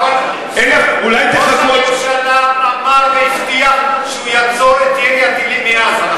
ראש הממשלה אמר והבטיח שהוא יעצור את ירי הטילים מעזה,